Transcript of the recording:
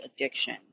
addiction